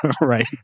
Right